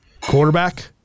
Quarterback